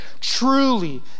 Truly